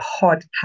podcast